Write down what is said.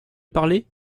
parler